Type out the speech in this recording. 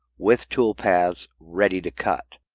with toolpaths, ready to cut.